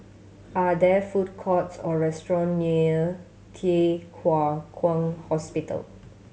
are there food courts or restaurant near Thye Hua Kwan Hospital